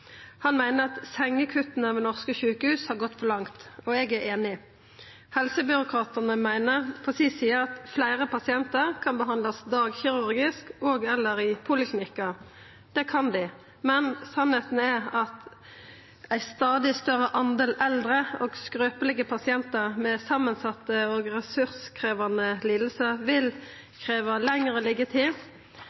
Han meiner at sengekutta ved norske sjukehus har gått for langt. Eg er einig. Helsebyråkratane meiner på si side at fleire pasientar kan behandlast dagkirurgisk og/eller i poliklinikkar. Det kan dei, men sanninga er at stadig fleire eldre og skrøpelege pasientar med samansette og ressurskrevjande lidingar vil krevja lengre